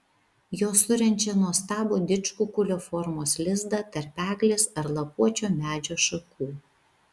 jos surenčia nuostabų didžkukulio formos lizdą tarp eglės ar lapuočio medžio šakų